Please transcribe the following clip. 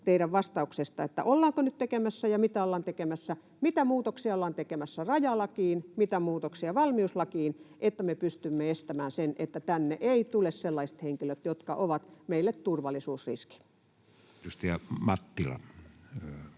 teidän vastauksestanne, että ollaanko nyt tekemässä ja mitä ollaan tekemässä. Mitä muutoksia ollaan tekemässä rajalakiin, mitä muutoksia valmiuslakiin, että me pystymme estämään sen, että tänne eivät tule sellaiset henkilöt, jotka ovat meille turvallisuusriski? [Speech